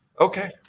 okay